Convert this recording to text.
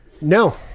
No